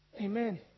Amen